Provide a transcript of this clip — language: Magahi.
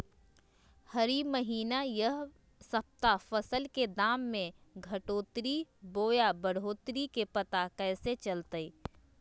हरी महीना यह सप्ताह फसल के दाम में घटोतरी बोया बढ़ोतरी के पता कैसे चलतय?